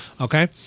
okay